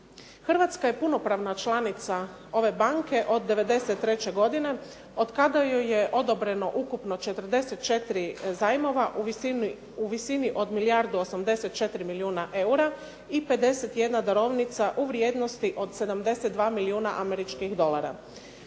Hrvatska je punopravna članica ove banke od 93. godine od kada joj je odobreno ukupno 44 zajmova u visini od milijardu 84 milijuna eura i 51 darovnica u vrijednosti od 72 milijuna američkih dolara.